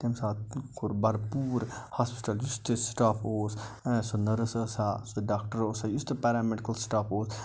تمہِ ساتہٕ کوٚر بر پوٗر ہاسپِٹل یُس تہِ سِٹاف اوس سۄ نٔرٕس ٲسا سُہ ڈاکٹر اوسا یُس تہِ پیرامِیٚڈکٕل سِٹاف اوس